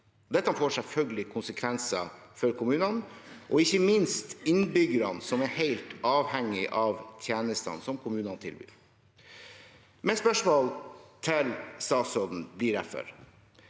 Dette får selvfølgelig konsekvenser for kommunene og ikke minst innbyggerne, som er helt avhengig av tjenestene som kommunene tilbyr. Mitt spørsmål til statsråden blir derfor: